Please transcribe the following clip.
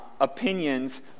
opinions